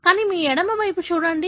కానీ మీ ఎడమ వైపు చూడండి